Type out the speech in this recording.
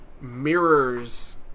mirrors